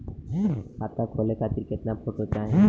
खाता खोले खातिर केतना फोटो चाहीं?